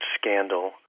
scandal